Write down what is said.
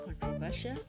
controversial